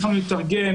התחלנו להתארגן,